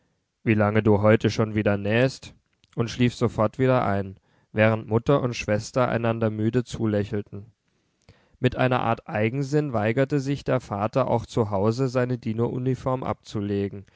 wie lange du heute schon wieder nähst und schlief sofort wieder ein während mutter und schwester einander müde zulächelten mit einer art eigensinn weigerte sich der vater auch zu hause seine dieneruniform abzulegen